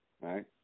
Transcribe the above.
right